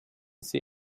sie